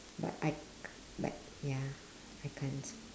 but I but ya I can't